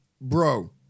Bro